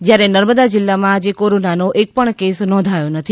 જ્યારે નર્મદા જીલ્લામાં આજે કોરોનાનો એકપણ કેસ નોંધાયો નથી